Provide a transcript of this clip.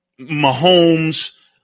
Mahomes –